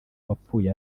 wapfuye